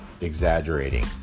exaggerating